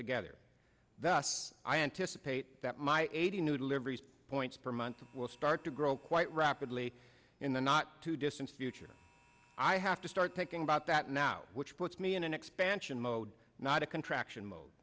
together thus i anticipate that my eighty new deliveries points per month will start to grow quite rapidly in the not too distant future i have to start thinking about that now which puts me in an expansion mode not a contraction mo